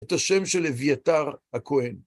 את השם של אביתר הכהן.